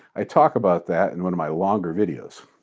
i talk about that in one of my longer videos.